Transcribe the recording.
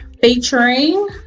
featuring